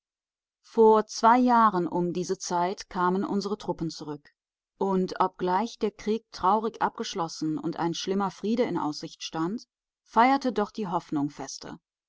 vor zwei jahren um diese zeit kamen unsere truppen zurück und obgleich der krieg traurig abgeschlossen und ein schlimmer friede in aussicht stand feierte doch die hoffnung feste